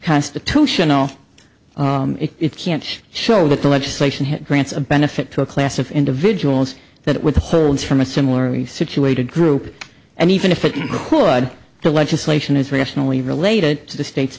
constitutional it can't show that the legislation it grants a benefit to a class of individuals that withholds from a similarly situated group and even if it required the legislation is rationally related to the states